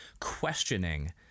questioning